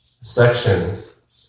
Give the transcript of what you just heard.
sections